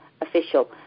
official